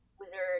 wizard